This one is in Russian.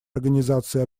организации